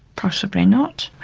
possibly not.